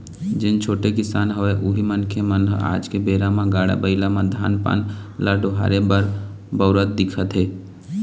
जेन छोटे किसान हवय उही मनखे मन ह आज के बेरा म गाड़ा बइला म धान पान ल डोहारे बर बउरत दिखथे